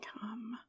come